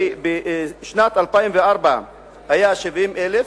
ובשנת 2004 היה 70,000,